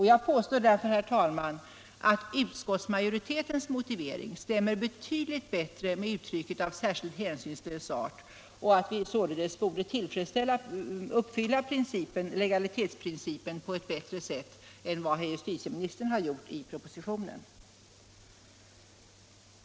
Jag påstår därför, herr talman, att utskottsmajoritetens motivering stämmer avsevärt bättre med uttrycket ”av särskilt hänsynslös art” och att vi således följer legalitetsprincipen på ett bättre sätt än vad propositionen har gjort.